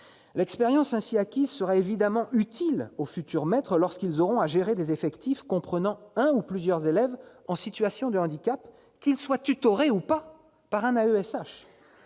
L'expérience ainsi acquise serait évidemment utile aux futurs « maîtres » lorsqu'ils auront à gérer des effectifs comprenant un ou plusieurs élèves en situation de handicap, que ces derniers soient ou non « tutorés » par un AESH.